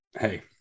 hey